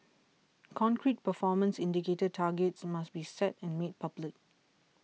concrete performance indicator targets must be set and made public